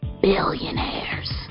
Billionaires